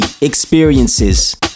experiences